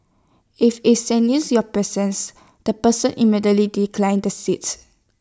as if sensing your presence the person immediately declines the seat